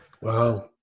Wow